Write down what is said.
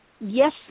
yes